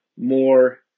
more